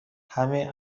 همین